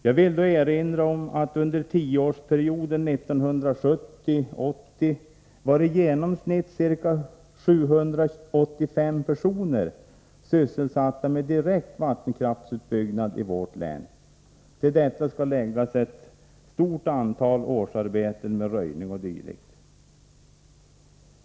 Jag vill då erinra om att under tioårsperioden 1970-1980 var i genomsnitt ca 785 personer sysselsatta med direkt vattenkraftsutbyggnad i vårt län. Till detta skall läggas ett stort antal årsarbeten med röjning o. d.